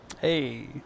Hey